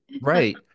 right